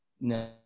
No